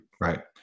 right